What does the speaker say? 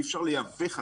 אי-אפשר לייבא חלב.